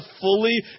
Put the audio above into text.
fully